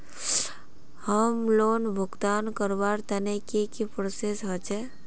Home loan भुगतान करवार तने की की प्रोसेस होचे?